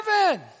heaven